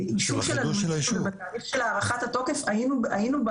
יכול להיות מבחינת הדרישות הבסיסיות של החוק היה פרסום.